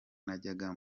najyaga